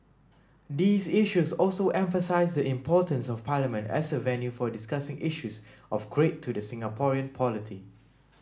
these issues also emphasise the importance of Parliament as a venue for discussing issues of great to the Singaporean polity